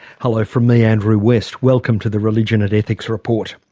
hello from me, andrew west. welcome to the religion and ethics report.